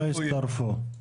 לא הצטרפו.